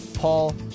Paul